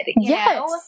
Yes